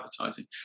advertising